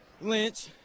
Lynch